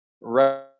right